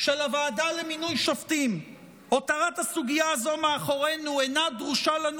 של הוועדה למינוי שופטים מאחורינו אינה דרושה לנו